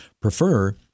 prefer